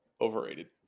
overrated